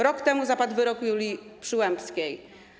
Rok temu zapadł wyrok Julii Przyłębskiej.